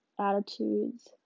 attitudes